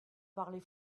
parlez